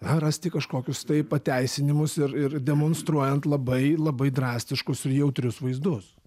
rasti kažkokius tai pateisinimus ir ir demonstruojant labai labai drastiškus ir jautrius vaizdus